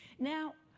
now